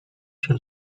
się